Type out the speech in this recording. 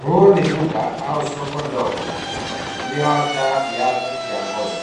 Huu ni duka au soko ndogo iliojaa viatu vya ngozi.